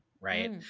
Right